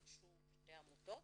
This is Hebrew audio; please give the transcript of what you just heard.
ניגשו שתי עמותות,